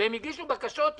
והן הגישו בקשות.